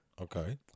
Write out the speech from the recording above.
Okay